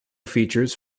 features